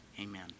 Amen